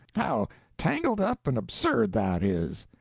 how tangled up and absurd that is!